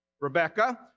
Rebecca